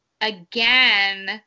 again